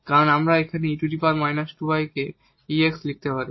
কারণ এটি আমরা এখানে e 2y কে ex লিখতে পারি